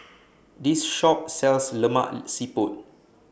This Shop sells Lemak Siput